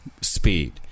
speed